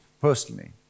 personally